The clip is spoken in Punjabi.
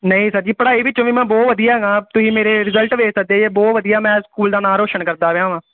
ਨਹੀਂ ਸਰ ਜੀ ਪੜ੍ਹਾਈ ਵਿੱਚੋਂ ਵੀ ਮੈਂ ਬਹੁਤ ਵਧੀਆ ਹੈਗਾ ਤੁਸੀਂ ਮੇਰੇ ਰਿਜ਼ਲਟ ਵੇਖ ਸਕਦੇ ਜੇ ਬਹੁਤ ਵਧੀਆ ਮੈਂ ਸਕੂਲ ਦਾ ਨਾਮ ਰੋਸ਼ਨ ਕਰਦਾ ਰਿਹਾ ਹਾਂ